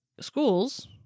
schools